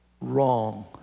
Wrong